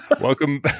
Welcome